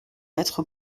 être